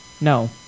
No